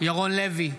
ירון לוי,